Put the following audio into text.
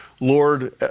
Lord